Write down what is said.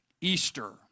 Easter